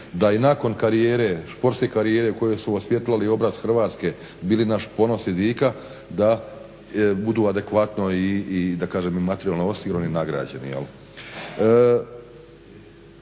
da i nakon karijere, svjetske karijere u kojoj su osvjetlali obraz Hrvatske bili naš ponos i dika, da budu adekvatno i da kažem materijalno osigurani i nagrađeni.